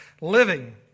Living